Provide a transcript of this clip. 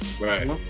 Right